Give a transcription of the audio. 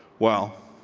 well,